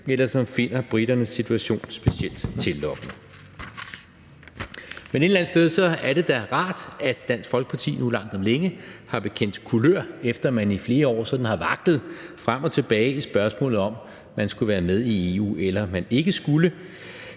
eller som finder briternes situation specielt tillokkende. Men et eller andet sted er det da rart, at Dansk Folkeparti nu langt om længe har bekendt kulør, efter man i flere år sådan har vaklet frem og tilbage i spørgsmålet om, om man skulle være med i EU, eller man ikke skulle.